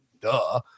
duh